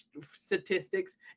statistics